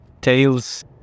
tales